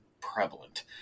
prevalent